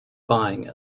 buying